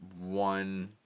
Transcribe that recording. one